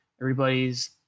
everybody's